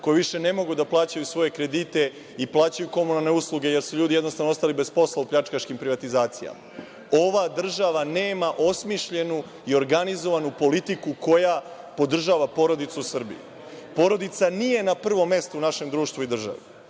koji više ne mogu da plaćaju svoje kredite i plaćaju komunalne usluge, jer su ljudi jednostavno ostali bez posla u pljačkaškim privatizacijama. Ova država nema osmišljenu i organizovanu politiku koja podržava porodicu u Srbiji. Porodica nije na prvom mestu u našem društvu i državi.